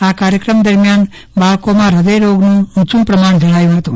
આ કાર્યક્રમ દરમિયાન બાળકોમાં હૃદયરોગનું ઉંચુ પ્રમાણ જણાયું હતું